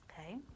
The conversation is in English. okay